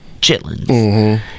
chitlins